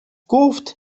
گفت